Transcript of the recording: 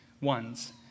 ones